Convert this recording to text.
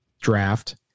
draft